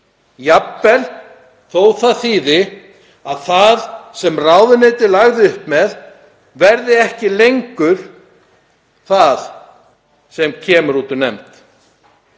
jafnvel þótt það þýði að það sem ráðuneytið lagði upp með verði ekki lengur það sem kemur út úr nefnd.